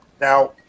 Now